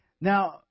Now